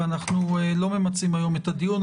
ואנחנו לא ממצים היום את הדיון.